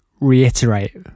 reiterate